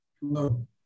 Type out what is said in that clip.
Hello